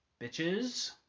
bitches